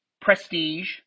prestige